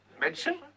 medicine